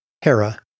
Hera